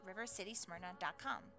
rivercitysmyrna.com